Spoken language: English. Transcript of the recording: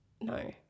No